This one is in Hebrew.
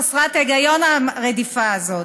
חסרת היגיון, הרדיפה הזאת.